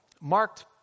marked